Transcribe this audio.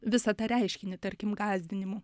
visą tą reiškinį tarkim gąsdinimų